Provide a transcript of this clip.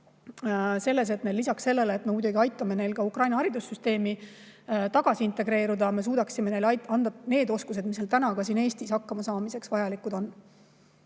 lapsi toetades, lisaks sellele, et me muidugi aitame neil ka Ukraina haridussüsteemi tagasi integreeruda, suudaksime neile anda need oskused, mis siin Eestis hakkamasaamiseks vajalikud on.